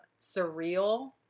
surreal